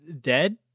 Dead